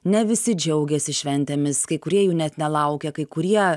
ne visi džiaugiasi šventėmis kai kurie jų net nelaukia kai kurie